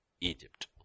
Egypt